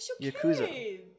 yakuza